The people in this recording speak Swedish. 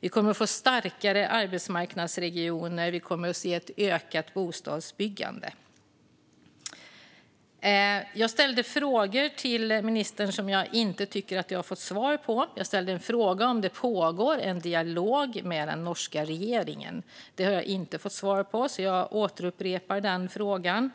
Vi får dessutom starkare arbetsmarknadsregioner och ökat bostadsbyggande. Jag ställde frågor till ministern som jag inte tycker att jag har fått svar på. Jag frågade om det pågår någon dialog med den norska regeringen, och det har jag inte fått svar på. Därför upprepar jag den frågan.